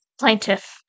Plaintiff